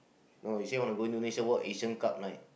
no you say you want to go Indonesia what A_S_E_A_N cup Night